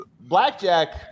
Blackjack